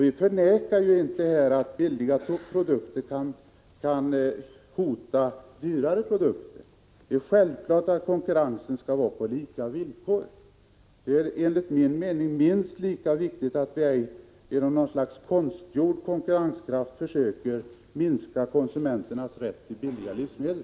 Vi förnekar inte att billiga produkter kan hota dyrare produkter. Det är självklart att konkurrensen skall vara på lika villkor. Enligt min mening är det minst lika viktigt att man inte genom något slags konstgjord konkurrenskraft försöker minska konsumenternas rätt till billiga livsmedel.